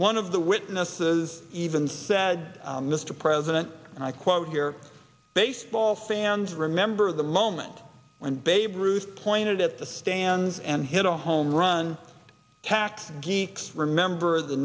one of the witnesses even said mr president and i quote here baseball fans remember the moment when babe ruth pointed at the stands and hit a home run tax geeks remember the